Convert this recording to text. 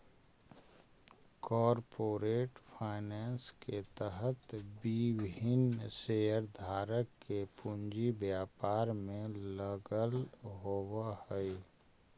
corporate finance के तहत विभिन्न शेयरधारक के पूंजी व्यापार में लगल होवऽ हइ